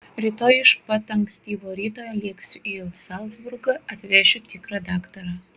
rytoj iš pat ankstyvo ryto lėksiu į zalcburgą atvešiu tikrą daktarą